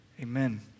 Amen